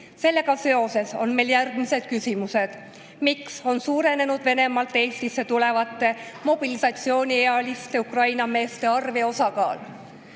seoses on meil järgmised küsimused. Miks on suurenenud Venemaalt Eestisse tulevate mobilisatsiooniealiste Ukraina meeste arv ja osakaal?